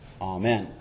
Amen